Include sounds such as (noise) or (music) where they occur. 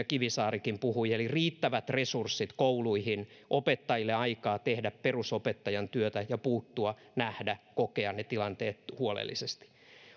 (unintelligible) kivisaarikin puhui eli riittävät resurssit kouluihin opettajille aikaa tehdä perusopettajan työtä ja puuttua nähdä kokea ne tilanteet huolellisesti